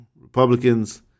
Republicans